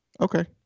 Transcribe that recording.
Okay